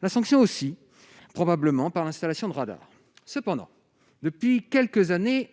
la sanction aussi probablement par l'installation de radars cependant depuis quelques années